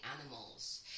animals